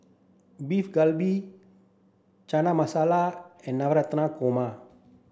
Beef Galbi Chana Masala and Navratan Korma